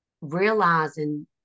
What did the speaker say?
realizing